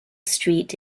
street